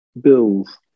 bills